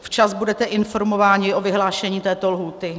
Včas budete informováni o vyhlášení této lhůty.